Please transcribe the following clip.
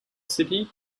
city